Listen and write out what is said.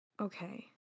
okay